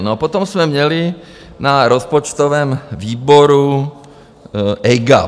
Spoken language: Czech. No potom jsme měli na rozpočtovém výboru EGAP.